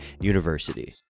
university